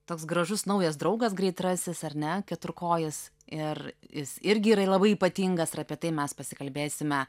toks gražus naujas draugas greit rasis ar ne keturkojis ir jis irgi yra labai ypatingas ir apie tai mes pasikalbėsime